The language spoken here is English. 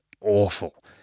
awful